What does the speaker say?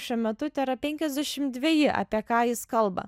šiuo metu tėra penkiasdešim dveji apie ką jis kalba